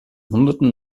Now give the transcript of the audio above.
hunderten